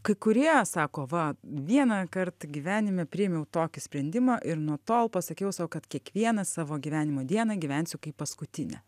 kai kurie sako va vienąkart gyvenime priėmiau tokį sprendimą ir nuo tol pasakiau sau kad kiekvieną savo gyvenimo dieną gyvensiu kaip paskutinę